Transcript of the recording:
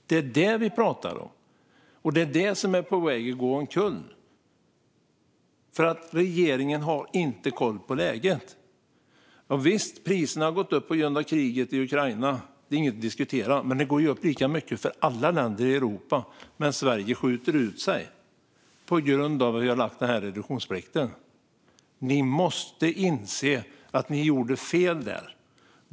Det är det vi pratar om, och det är det som är på väg att gå omkull. Regeringen har inte koll på läget. Visst har priserna gått upp på grund av kriget i Ukraina - det är inget att diskutera - men de går ju upp lika mycket för alla länder i Europa, men Sverige skjuter ut sig på grund av den här reduktionsplikten. Ni måste inse att ni gjorde fel där.